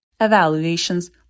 evaluations